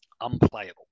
unplayable